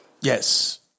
Yes